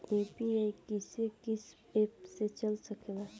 UPI किस्से कीस app से चल सकेला?